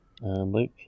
Luke